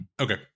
Okay